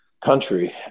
country